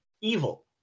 evil